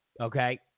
okay